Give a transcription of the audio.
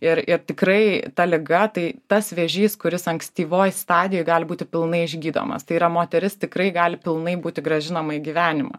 ir ir tikrai ta liga tai tas vėžys kuris ankstyvoj stadijoj gali būti pilnai išgydomas tai yra moteris tikrai gali pilnai būti grąžinama į gyvenimą